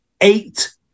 eight